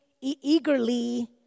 eagerly